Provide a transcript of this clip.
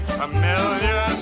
familiar